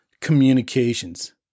communications